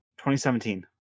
2017